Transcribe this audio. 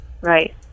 right